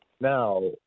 Now